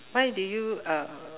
why do you uh